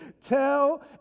tell